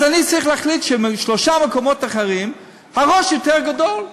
אז אני צריך להחליט שבשלושה מקומות אחרים הראש יותר גדול,